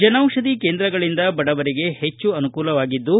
ಜನೌಷಧಿ ಕೇಂದ್ರಗಳಿಂದ ಬಡವರಿಗೆ ಹೆಚ್ಚು ಅನುಕೂಲವಾಗಿದ್ದು